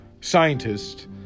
Scientists